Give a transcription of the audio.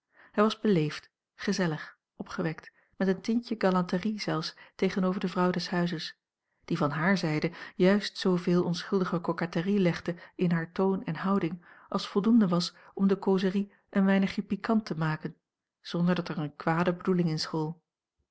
hij was beleefd gezellig opgewekt met een tintje galanterie zelfs tegenover de vrouw des huizes die van hare zijde juist zooveel onschuldige coquetterie legde in haar toon en houding als voldoende was om de causerie een weinigje pikant te maken zonder dat er eene kwade bedoeling in school